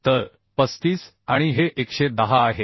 तर 35 आणि हे 110 आहे